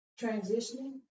transitioning